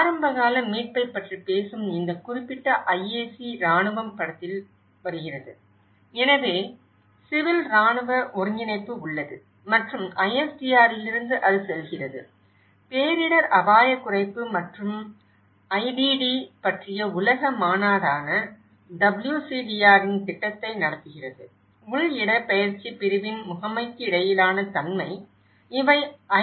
ஆரம்பகால மீட்பைப் பற்றி பேசும் இந்த குறிப்பிட்ட IAC இராணுவம் படத்தில் வருகிறது எனவே சிவில் இராணுவ ஒருங்கிணைப்பு உள்ளது மற்றும் ISDRலிருந்து அது செல்கிறது பேரிடர் அபாயக் குறைப்பு மற்றும் IDD பற்றிய உலக மாநாடான WCDR இன் திட்டத்தை நடத்துகிறது உள் இடப்பெயர்ச்சிப் பிரிவின் முகமைக்கிடையிலான தன்மை இவை ஐ